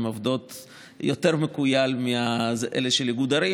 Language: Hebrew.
הן עובדות יותר מכויל מאלה של איגוד ערים,